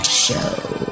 show